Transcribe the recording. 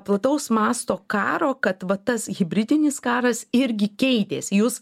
plataus masto karo kad va tas hibridinis karas irgi keitėsi jūs